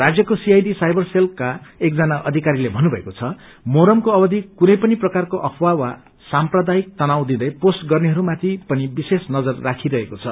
राज्यको CID cyber सेलका एकजना अधिकरीले भन्नुभएको छ मुर्हरमको अवधि कुनै पनि प्रकारको अफवाह वा साम्प्रदायिक तनाव दिदै पोस्ट गर्नेहरूमाथि पनि विशेष नजर राखिरहेको छ